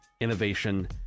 innovation